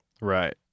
right